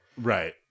Right